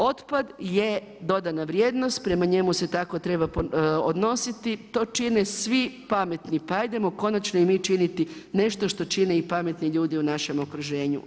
Otpad je dodana vrijednost, prema njemu se tako treba odnositi, to čine svi pametni, pa ajdemo konačno i mi činiti nešto što čine i pametni ljudi u našem okruženju.